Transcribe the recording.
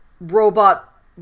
robot